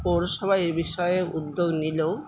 পৌরসভা এই বিষয়ে উদ্যোগ নিলেও